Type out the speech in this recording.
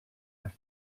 have